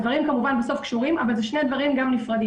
הדברים כמובן בסוף קשורים אבל אלה גם שני דברים נפרדים.